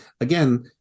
again